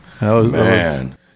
Man